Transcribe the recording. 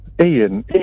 Ian